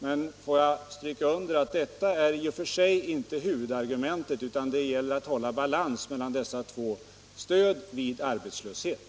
Men jag vill understryka att detta i och för sig inte är huvudargumentet, utan det är att det gäller att hålla balans mellan dessa två stödformer vid arbetslöshet.